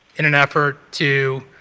in an effort to